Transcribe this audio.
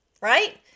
right